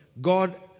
God